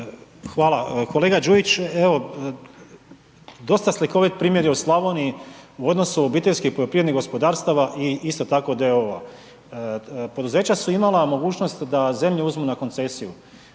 Hvala. Kolega Đujić, evo dosta slikovit primjer je u Slavoniji u odnosu OPG-a i isto tako d.o.o. Poduzeća su imala mogućnost da zemlju uzmu na koncesiju,